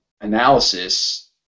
analysis